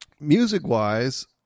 Music-wise